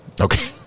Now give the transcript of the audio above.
Okay